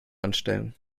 anstellen